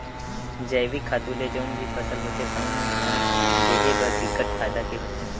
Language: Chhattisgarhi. जइविक खातू ले जउन भी फसल होथे तउन ह देहे बर बिकट फायदा के होथे